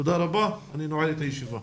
תודה רבה, אני נועל את הישיבה.